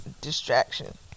distraction